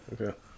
okay